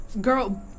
Girl